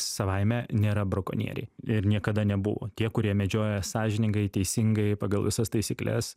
savaime nėra brakonieriai ir niekada nebuvo tie kurie medžioja sąžiningai teisingai pagal visas taisykles